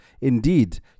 Indeed